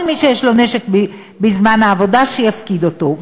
כל מי שיש לו נשק בזמן העבודה, שיפקיד אותו.